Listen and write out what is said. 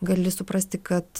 gali suprasti kad